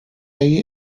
ahí